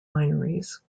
wineries